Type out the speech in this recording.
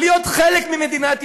להיות חלק ממדינת ישראל?